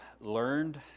learned